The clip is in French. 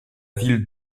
ville